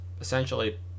essentially